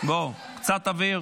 קצת אוויר.